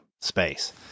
space